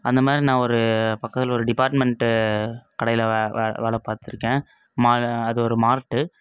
அந்த மாதிரி நான் ஒரு பக்கத்தில் ஒரு டிபார்ட்மெண்ட்டு கடையில் வேலை வேலை பாத்திருக்கேன் அது ஒரு மார்ட்டு